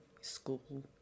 school